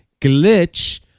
glitch